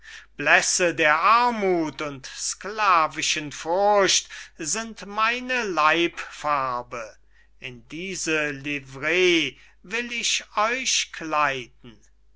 blässe der armuth und sclavischen furcht sind meine leibfarbe in diese liverey will ich euch kleiden